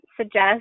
suggest